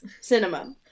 Cinema